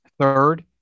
Third